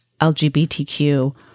LGBTQ